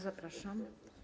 Zapraszam.